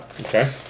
Okay